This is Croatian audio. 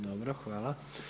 Dobro, hvala.